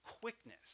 quickness